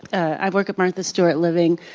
i work at martha stewart living,